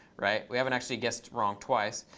right? we haven't actually guessed wrong twice.